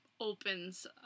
opens